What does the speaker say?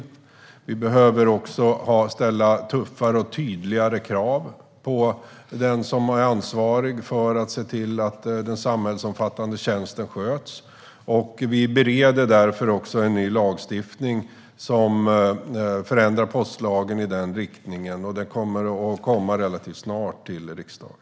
Det behövs också tuffare och tydligare krav på den som är ansvarig för att se till att den samhällsomfattande tjänsten sköts. Regeringen bereder därför en ny lagstiftning, det vill säga en förändring av postlagen i den riktningen. Den kommer relativt snart till riksdagen.